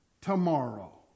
tomorrow